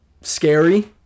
scary